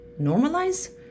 normalize